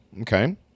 Okay